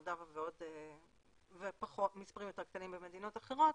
מולדובה ומספרים יותר קטנים במדינות אחרות.